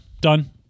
done